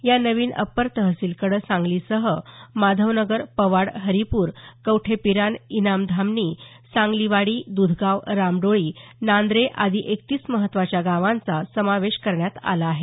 या नवीन अप्पर तहसीलकडं सांगलीसह माधवनगर पवाड हरिपूर कवठेपिरान इनामधामणी सांगलीवाडी दुधगाव समडोळी नांद्रे आदी एकतीस महत्वाच्या गावांचा यात समावेश करण्यात आला आहे